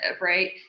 right